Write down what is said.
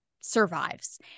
survives